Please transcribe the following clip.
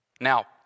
Now